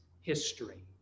history